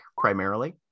primarily